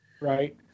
Right